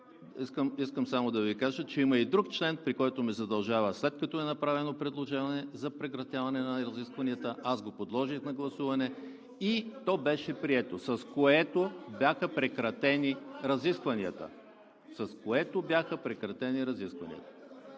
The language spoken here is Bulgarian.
Искам само да Ви кажа, че има и друг член, който ме задължава, след като е направено предложение за прекратяване на разискванията. Аз го подложих на гласуване и то беше прието, с което бяха прекратени разискванията.